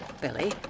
Billy